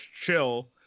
chill